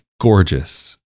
gorgeous